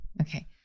Okay